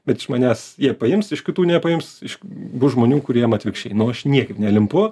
bet iš manęs jie paims iš kitų nepaims iš bus žmonių kuriem atvirkščiai nu aš niekaip nelimpu